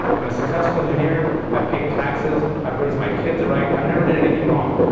i'm a successful engineer. i've paid taxes. i've raised my kids right. i've never done anything wrong.